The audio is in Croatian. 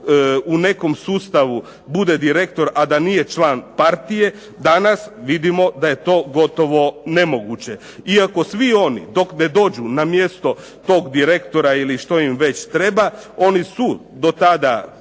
u nekom sustavu bude direktor, a da nije član partije, danas vidimo da je to gotovo nemoguće. Iako svi oni dok ne dođu na mjesto tog direktora ili što im već treba, oni su do tada